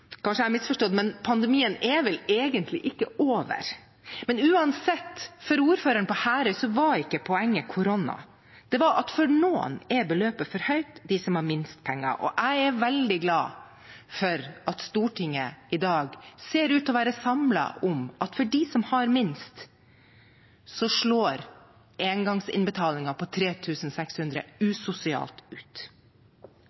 Kanskje jeg har misforstått, men pandemien er vel egentlig ikke over? Men uansett – for ordføreren på Herøy var ikke poenget korona. Det var at beløpet er for høyt for noen: de som har minst penger. Jeg er veldig glad for at Stortinget i dag ser ut til å være samlet om at engangsinnbetalingen på 3 600 kr slår usosialt ut for dem som har minst.